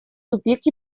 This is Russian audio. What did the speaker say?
тупик